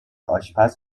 آشپز